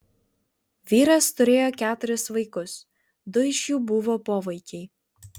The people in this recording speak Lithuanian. vyras turėjo keturis vaikus du iš jų buvo povaikiai